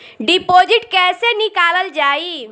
Deposit कैसे निकालल जाइ?